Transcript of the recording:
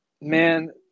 Man